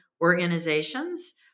organizations